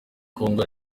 congo